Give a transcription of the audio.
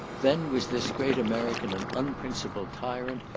then was this great american an unprincipled tyrant,